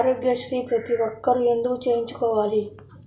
ఆరోగ్యశ్రీ ప్రతి ఒక్కరూ ఎందుకు చేయించుకోవాలి?